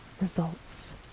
results